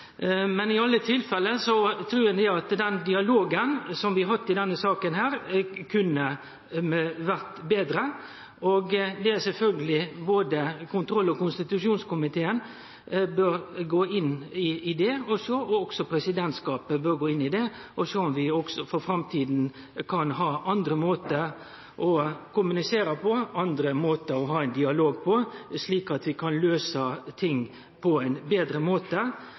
Men i alle tilfelle trur eg at den dialogen vi har hatt i denne saka, kunne ha vore betre. Og det er sjølvsagt slik at kontroll- og konstitusjonskomiteen bør gå inn i det, men òg presidentskapet bør gå inn i det, og sjå om vi for framtida kan ha andre måtar å kommunisere på, andre måtar å ha ein dialog på, slik at vi kan løyse ting på ein betre måte